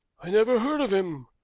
i never heard of him,